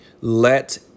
let